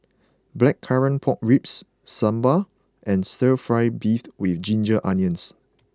Blackcurrant Pork Ribs Sambal and Stir Fried Beef with Ginger Onions